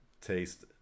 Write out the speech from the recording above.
taste